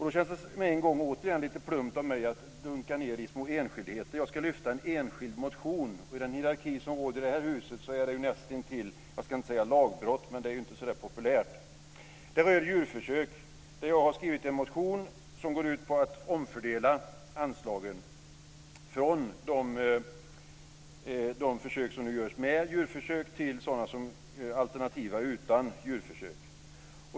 Då känns det med en gång återigen lite plumpt av mig att dunka ned i små enskildheter. Jag ska lyfta fram en enskild motion. I den hierarki som råder i det här huset är det nästintill, jag ska inte säga lagbrott, men det är inte populärt. Motionen rör djurförsök. Jag har väckt en motion som går ut på att omfördela anslagen från de försök som görs med hjälp av djurförsök till alternativa försök utan djurförsök.